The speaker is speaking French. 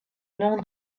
nom